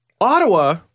Ottawa